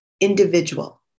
individual